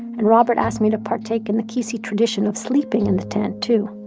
and robert asked me to partake in the kisi tradition of sleeping in the tent too.